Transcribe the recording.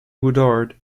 woodard